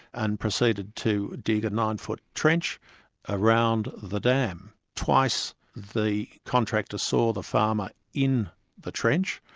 and proceeded to dig a nine foot trench around the dam. twice the contractor saw the farmer in the trench.